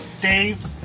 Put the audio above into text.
Dave